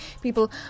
people